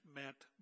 meant